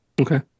Okay